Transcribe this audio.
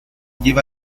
lleva